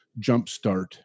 jumpstart